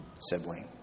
sibling